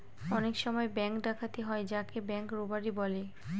অনেক সময় ব্যাঙ্ক ডাকাতি হয় যাকে ব্যাঙ্ক রোবাড়ি বলে